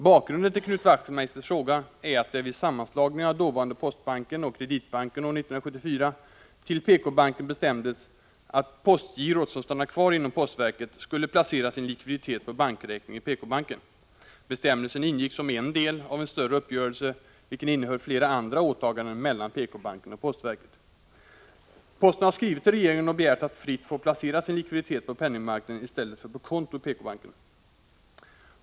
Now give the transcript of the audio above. Bakgrunden till Knut Wachtmeisters fråga är att det vid sammanslagningen av dåvarande Postbanken och Kreditbanken år 1974 till PK-banken bestämdes att postgirot, som stannade kvar inom postverket, skulle placera sin likviditet på bankräkning i PK-banken. Bestämmelsen ingick som en del av en större uppgörelse vilken innehöll flera andra åtaganden mellan PK-banken och postverket. Posten har skrivit till regeringen och begärt att fritt få placera sin likviditet på penningmarknaden i stället för på konto i PK-banken.